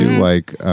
like